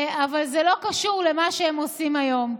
אבל זה לא קשור למה שהם עושים היום.